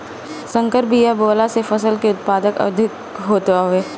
संकर बिया बोअला से फसल के उत्पादन अधिका होत हवे